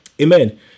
Amen